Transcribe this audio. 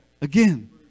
again